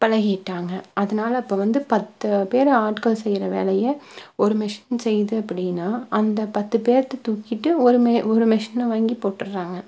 பழகிட்டாங்க அதனால் இப்போ வந்து பத்து பேர் ஆட்கள் செய்கிற வேலையை ஒரு மெஷின் செய்யுது அப்படின்னா அந்த பத்து பேத்த தூக்கிட்டு ஒரு மெ ஒரு மெஷின் வாங்கி போட்டுடறாங்க